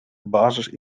basis